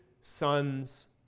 sons